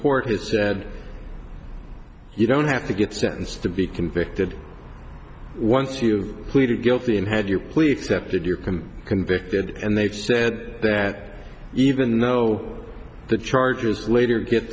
court has said you don't have to get sentenced to be convicted once you pleaded guilty and had your plea accepted you can be convicted and they said that even though the charges later get